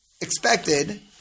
expected